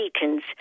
deacons